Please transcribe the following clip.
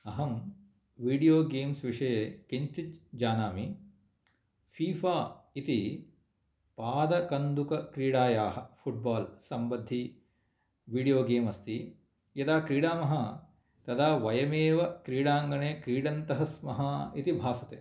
अहं video games विषये किञ्चित् जानामि फिफा इति पादकन्दुकक्रीडायाः फुट्बाल् सम्बद्धि विडियो गेम् अस्ति यदा क्रीडामः तदा वयम् एव क्रीडाङ्गने क्रीडन्तः स्मः इति भासते